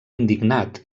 indignat